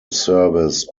service